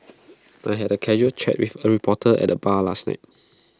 I had A casual chat with A reporter at the bar last night